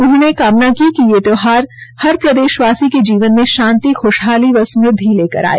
उन्होंने कामना की कि ये त्यौहार हर प्रदेशवासी के जीवन में शांति खुशहाली व स्मृद्धि लेकर आए